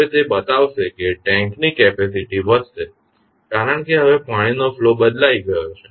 હવે તે બતાવશે કે ટેન્ક ની કેપેસિટી વધશે કારણ કે હવે પાણીનો ફ્લો બદલાઈ ગયો છે